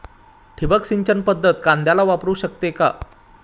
ठिबक सिंचन पद्धत कांद्याला वापरू शकते का?